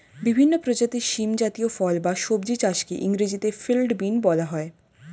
বিভিন্ন প্রজাতির শিম জাতীয় ফল বা সবজি চাষকে ইংরেজিতে ফিল্ড বিন বলা হয়